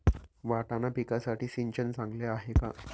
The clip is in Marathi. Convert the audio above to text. वाटाणा पिकासाठी सिंचन चांगले आहे का?